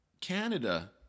Canada